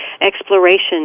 exploration